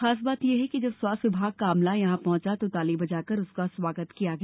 खास बात यह है कि जब स्वास्थ्य विभाग का अमला यहां पहॅचा तो ताली बजाकर उसका स्वागत किया गया